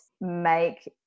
make